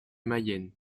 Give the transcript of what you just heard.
mayenne